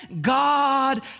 God